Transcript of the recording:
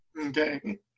Okay